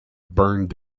burned